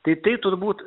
tai tai turbūt